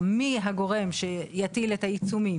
גם במשאבי כוח אדם וגם במשאבי מחשוב לצורך יישום.